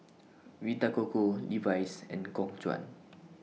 Vita Coco Levi's and Khong Guan